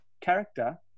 character